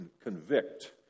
convict